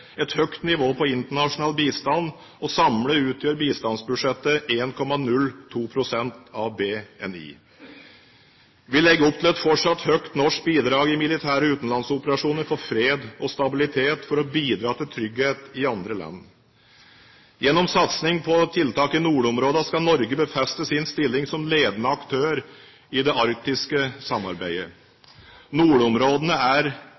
et høyt nivå på internasjonal bistand. Samlet utgjør bistandsbudsjettet 1,02 pst. av BNI. Vi legger opp til et fortsatt høyt norsk bidrag i militære utenlandsoperasjoner for fred og stabilitet – for å bidra til trygghet i andre land. Gjennom satsing på tiltak i nordområdene skal Norge befeste sin stilling som ledende aktør i det arktiske samarbeidet. Nordområdene er